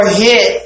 hit